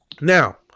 now